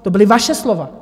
To byla vaše slova.